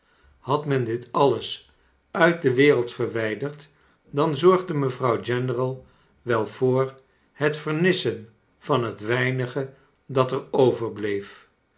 had men dit alles uit de wereld verwijderd dan zorgde mevrouw general wel voor net vernissen van het weinige dat er overbleef